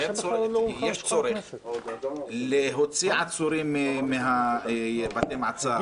שיש צורך להוציא עצורים מבתי המעצר,